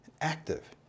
Active